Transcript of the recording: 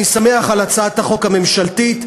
אני שמח על הצעת החוק הממשלתית,